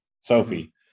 Sophie